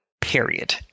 Period